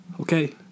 Okay